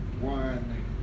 One